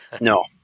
No